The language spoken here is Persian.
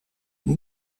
برو